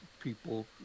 people